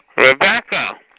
Rebecca